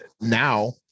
now